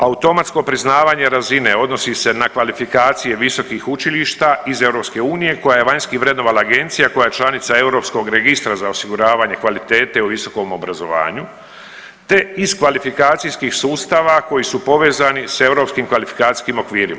Automatsko priznavanje razine odnosi se na kvalifikacije visokih učilišta iz EU koja je vanjski vrednovana agencija koja je članica Europskog registra za osiguravanje kvalitete u visokom obrazovanju, te iz kvalifikacijskih sustava koji su povezani s Europskim kvalifikacijskim okvirima.